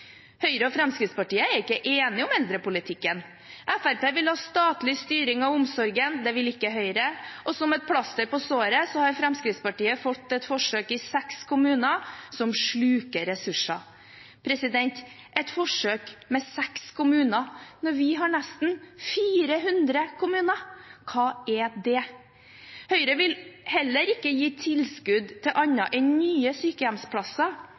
Høyre og Fremskrittspartiet er ikke enige om eldrepolitikken. Fremskrittspartiet vil ha statlig styring av omsorgen. Det vil ikke Høyre. Og som et plaster på såret har Fremskrittspartiet fått et forsøk i seks kommuner, som sluker ressurser. Dette er et forsøk med seks kommuner – men vi har nesten 400 kommuner! Hva er det? Høyre vil heller ikke gi tilskudd til annet enn nye sykehjemsplasser.